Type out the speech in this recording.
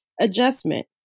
adjustment